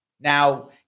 Now